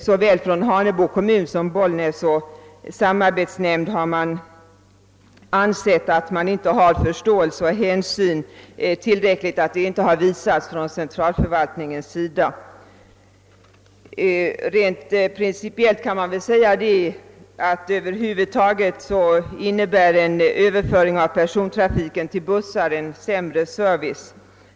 Såväl från Hanebo kommun som från samarbetsnämnden för Bollnäs kommunblock har uttalats att det inte visats tillräcklig förståelse, inte tagits tillräcklig hänsyn från = centralförvaltningens sida. Rent principiellt kan väl sägas att en Överföring av persontrafiken till bussar över huvud taget betyder sämre service.